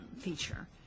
feature